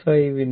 86 71